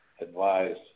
advised